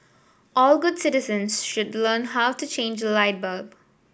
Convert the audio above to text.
all good citizens should learn how to change a light bulb